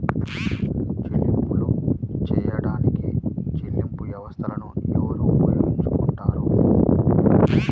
చెల్లింపులు చేయడానికి చెల్లింపు వ్యవస్థలను ఎవరు ఉపయోగించుకొంటారు?